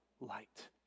light